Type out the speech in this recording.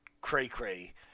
cray-cray